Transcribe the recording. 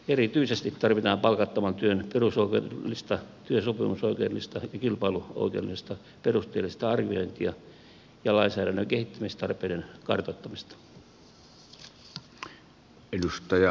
erityisesti tarvitaan palkattoman työn perusoikeudellista työsopimusoikeudellista ja kilpailuoikeudellista perusteellista arviointia ja lainsäädännön kehittämistarpeiden kartoittamista